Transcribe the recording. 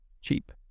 cheap